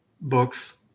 books